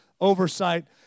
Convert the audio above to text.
oversight